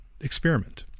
Experiment